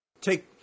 Take